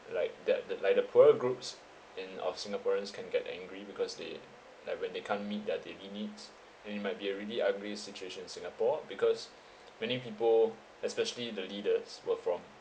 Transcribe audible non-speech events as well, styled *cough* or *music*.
like that the like the poorer groups in of singaporeans can get angry because they like when they can't meet their daily needs and it might be a really ugly situation in singapore because *breath* many people especially the leaders were from